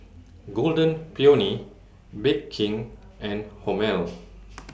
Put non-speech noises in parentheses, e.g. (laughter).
Golden Peony Bake King and Hormel (noise)